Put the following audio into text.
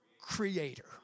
creator